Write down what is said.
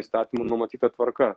įstatymų numatyta tvarka